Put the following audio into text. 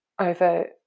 over